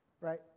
Right